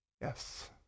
Yes